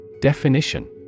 Definition